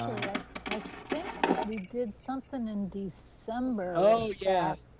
i so i think we did something in december. oh yeah.